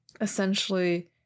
essentially